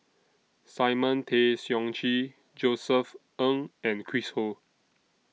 Simon Tay Seong Chee Josef Ng and Chris Ho